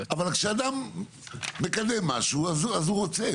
אבל, כשאדם מקדם משהו, אז הוא רוצה.